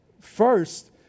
first